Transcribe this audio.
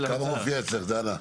כמה מופיע אצלך, דנה?